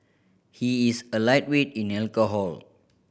he is a lightweight in alcohol